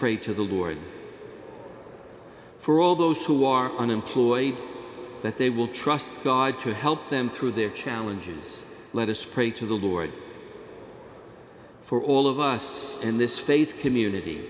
pray to the lord for all those who are unemployed that they will trust god to help them through their challenges let us pray to the lord for all of us in this faith community